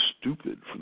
stupid